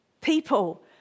people